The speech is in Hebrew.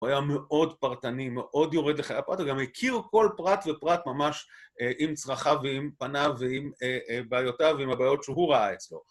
הוא היה מאוד פרטני, מאוד יורד לחיי הפרט, הוא גם הכיר כל פרט ופרט ממש עם צרכיו ועם פניו ועם בעיותיו ועם הבעיות שהוא ראה אצלו.